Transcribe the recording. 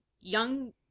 young